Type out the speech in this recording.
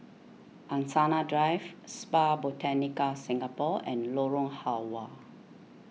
Angsana Drive Spa Botanica Singapore and Lorong Halwa